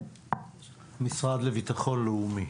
המשרד לביטחון לאומי.